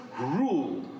rule